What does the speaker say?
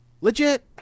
Legit